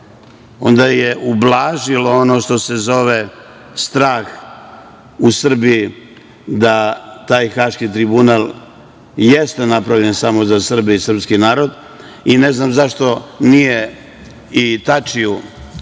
onda je ublažilo ono što se zove strah u Srbiji da taj Haški tribunal jeste napravljen samo za Srbe i srpski narod i ne znam zašto nije i Tačiju